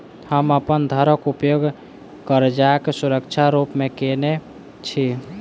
हम अप्पन घरक उपयोग करजाक सुरक्षा रूप मेँ केने छी